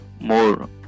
more